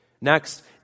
Next